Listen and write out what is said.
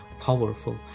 powerful